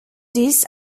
this